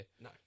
No